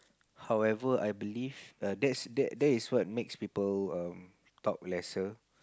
however I believe err that's that is what make people um talk lesser